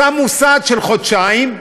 שמו סד של חודשיים,